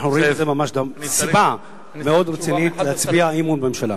אנחנו רואים בזה גם ממש סיבה מאוד רצינית להצביע אי-אמון בממשלה.